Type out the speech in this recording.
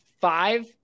five